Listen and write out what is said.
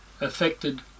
affected